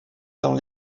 dans